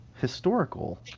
historical